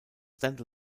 stand